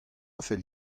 fell